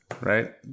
Right